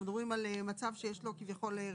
פה מדובר כביכול על מצב שיש לו רשימה.